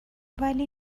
ولی